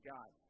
God